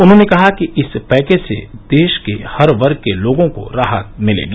उन्होंने कहा कि इस पैकेज से देश के हर वर्ग के लोगों को राहत मिलेगी